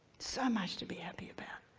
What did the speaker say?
so much to be happy about,